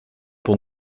pour